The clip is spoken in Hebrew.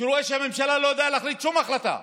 שרואה שהממשלה לא יודעת להחליט שום החלטה,